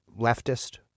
leftist